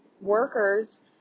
workers